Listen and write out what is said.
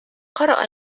قرأ